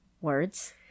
words